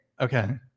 okay